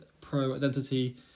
pro-identity